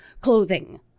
clothing